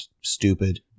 stupid